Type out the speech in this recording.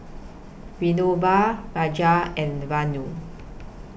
Vinoba Raja and Vanu